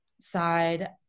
side